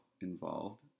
involved